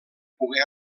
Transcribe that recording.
pogué